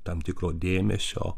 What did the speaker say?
tam tikro dėmesio